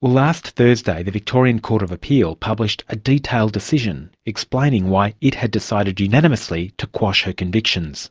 last thursday, the victorian court of appeal published a detailed decision explaining why it had decided unanimously to quash her convictions